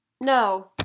No